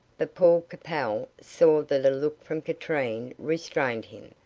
but paul capel saw that a look from katrine restrained him,